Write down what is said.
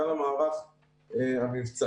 גם המערך המבצעי,